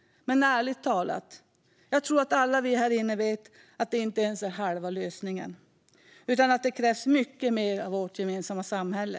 Men ärligt talat: Jag tror att vi alla här inne vet att detta inte ens är halva lösningen utan att det krävs mycket mer av vårt gemensamma samhälle.